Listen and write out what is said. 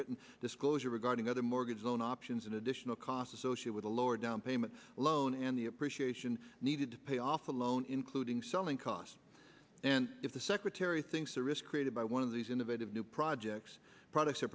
written disclosure regarding other mortgage loan options an additional cost associate with a lower downpayment loan and the appreciation needed to pay off alone including selling costs and if the secretary thinks the risk created by one of these innovative new projects products